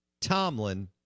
Tomlin